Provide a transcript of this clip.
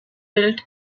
built